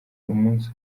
umunsi